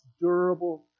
durable